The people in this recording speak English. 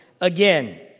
again